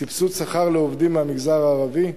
סבסוד שכר לעובדים מהמגזר הערבי.